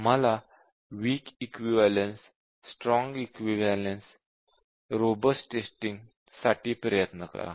तुम्ही weak equivalence strong equivalence आणि robust testing साठी प्रयत्न करा